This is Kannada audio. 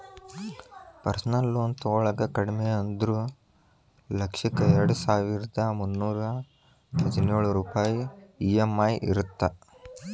ಪರ್ಸನಲ್ ಲೋನ್ ತೊಗೊಳಾಕ ಕಡಿಮಿ ಅಂದ್ರು ಲಕ್ಷಕ್ಕ ಎರಡಸಾವಿರ್ದಾ ಮುನ್ನೂರಾ ಹದಿನೊಳ ರೂಪಾಯ್ ಇ.ಎಂ.ಐ ಇರತ್ತ